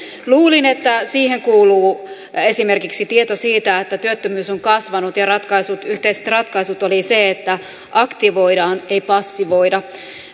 luulin että siihen kuuluu esimerkiksi tieto siitä että työttömyys on kasvanut ja yhteiset ratkaisut olivat sellaisia että aktivoidaan ei passivoida